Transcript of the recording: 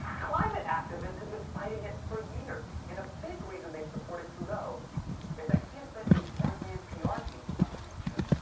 climate activists have been fighting it for years. and a big reason they've supported trudeau is that he has been a one-man pr team for mother nature.